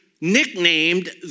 nicknamed